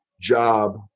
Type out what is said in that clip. job